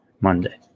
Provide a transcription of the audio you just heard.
Monday